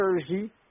Jersey